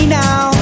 now